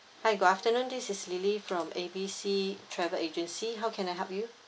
hi good afternoon this is lily from A B C travel agency how can I help you